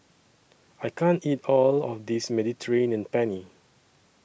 I can't eat All of This Mediterranean Penne